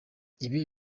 ibi